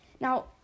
Now